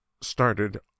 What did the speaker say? started